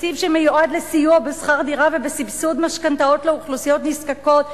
תקציב שמיועד לסיוע בשכר דירה ובסבסוד משכנתאות לאוכלוסיות נזקקות,